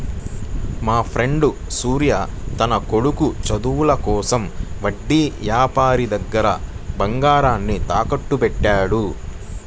మాఫ్రెండు సూర్య తన కొడుకు చదువుల కోసం వడ్డీ యాపారి దగ్గర బంగారాన్ని తాకట్టుబెట్టాడు